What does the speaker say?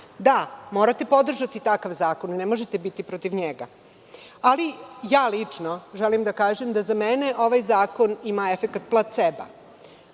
Da, morate podržati takav zakon, ne možete biti protiv njega. Lično, želim da kažem, za mene ovaj zakon ima efekat placeba.